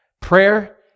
Prayer